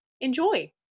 Enjoy